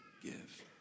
Give